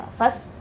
first